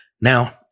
Now